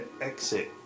exit